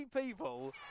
people